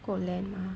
不够 land mah